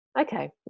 okay